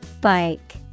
Bike